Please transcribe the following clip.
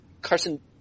Carson